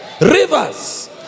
rivers